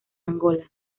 angola